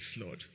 Lord